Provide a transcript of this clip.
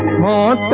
more